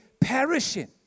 perishing